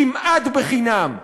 כמעט בחינם,